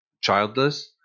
childless